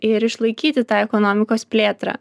ir išlaikyti tą ekonomikos plėtrą